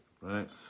right